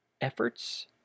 efforts